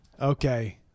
Okay